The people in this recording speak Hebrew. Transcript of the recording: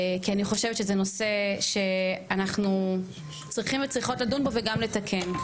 כי אני חושבת שזה נושא שאנחנו צריכים וצריכות לדון בו וגם לתקן.